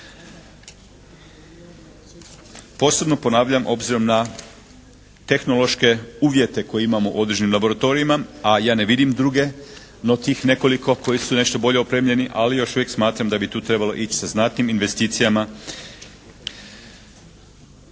posebno ponavljam obzirom na tehnološke uvjete koje imamo u određenim laboratorijima a ja ne vidim druge no tih nekoliko koji su nešto bolje opremljeni ali još uvijek smatram da bi tu trebalo ići sa znatnim investicijama.